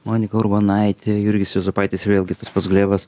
monika urbonaitė jurgis juozapaitis vėlgi tas pats glebas